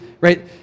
right